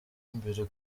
imbere